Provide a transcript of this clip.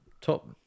top